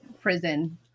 prison